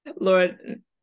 Lord